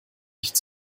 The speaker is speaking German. nicht